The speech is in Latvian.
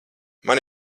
man